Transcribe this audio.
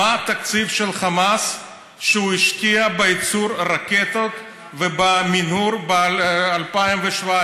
מה התקציב של חמאס שהוא השקיע בייצור רקטות ובמנהור 2017?